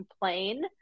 complain